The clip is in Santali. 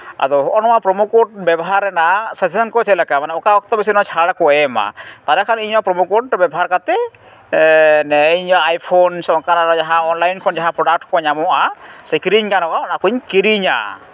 ᱟᱫᱚ ᱱᱚᱜᱼᱚ ᱱᱚᱣᱟ ᱯᱨᱚᱢᱳ ᱠᱳᱰ ᱵᱮᱵᱦᱟᱨ ᱨᱮᱱᱟᱜ ᱥᱮᱥᱮᱱ ᱠᱚ ᱪᱮᱫ ᱞᱮᱠᱟ ᱢᱟᱱᱮ ᱚᱠᱟ ᱚᱠᱛᱚ ᱵᱮᱥᱤ ᱪᱷᱟᱲ ᱠᱚ ᱮᱢᱟ ᱛᱟᱦᱚᱞᱮ ᱠᱷᱟᱱ ᱤᱧᱦᱚᱸ ᱯᱨᱚᱢᱳᱠᱳᱰ ᱵᱮᱵᱚᱦᱟᱨ ᱠᱟᱛᱮᱫ ᱤᱧᱟᱹᱜ ᱟᱭᱯᱷᱳᱱ ᱥᱮ ᱚᱱᱠᱟᱱᱟᱜ ᱟᱨᱚ ᱡᱟᱦᱟᱸ ᱚᱱᱞᱟᱭᱤᱱ ᱠᱷᱚᱱ ᱡᱟᱦᱟᱸ ᱯᱨᱚᱰᱟᱠᱴ ᱠᱚ ᱧᱟᱢᱚᱜᱼᱟ ᱥᱮ ᱠᱤᱨᱤᱧ ᱜᱟᱱᱚᱜᱼᱟ ᱚᱱᱟ ᱠᱚᱧ ᱠᱤᱨᱤᱧᱟ